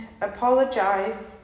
apologize